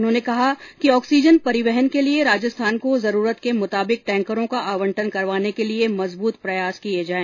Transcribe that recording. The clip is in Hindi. उन्होंने कहा कि ऑक्सीजन परिवहन के लिए राजस्थान को जरूरत के मुताबिक टैंकरों का आंवटन करवाने के लिए मजबूत प्रयास किये जाए